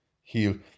Heal